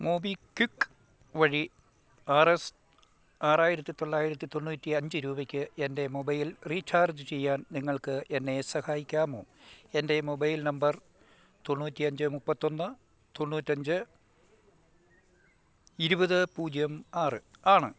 മോബിക്വിക് വഴി R S ആറായിരത്തി തൊള്ളായിരത്തി തൊണ്ണൂറ്റിയഞ്ച് രൂപയ്ക്ക് എൻ്റെ മൊബൈൽ റീചാർജ് ചെയ്യാൻ നിങ്ങൾക്കെന്നെ സഹായിക്കാമോ എൻ്റെ മൊബൈൽ നമ്പർ തൊണ്ണൂറ്റിയഞ്ച് മുപ്പത്തിയൊന്ന് തൊണ്ണൂറ്റിയഞ്ച് ഇരുപത് പൂജ്യം ആറ് ആണ്